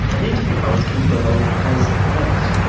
and these different colours can be thought of as notes.